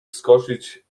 wskoczyć